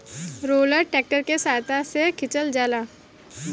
roller tractor के सहायता से खिचल जाला